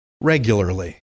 regularly